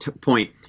point